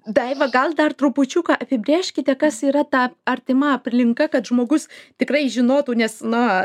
daiva gal dar trupučiuką apibrėžkite kas yra ta artima aplinka kad žmogus tikrai žinotų nes na